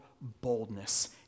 boldness